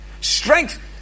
Strength